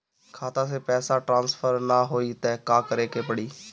खाता से पैसा टॉसफर ना होई त का करे के पड़ी?